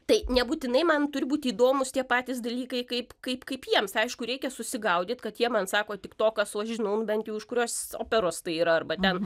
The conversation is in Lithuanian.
tai nebūtinai man turi būti įdomūs tie patys dalykai kaip kaip kaip jiems aišku reikia susigaudyt kad jie man sako tiktokas o aš žinau nu bent jau iš kurios operos tai yra arba ten